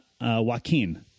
Joaquin